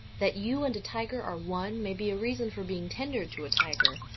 that you and a tiger are one may be a reason for being tender to a tiger.